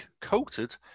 coated